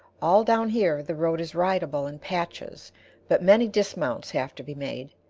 all down here the road is ridable in patches but many dismounts have to be made,